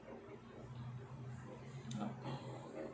ah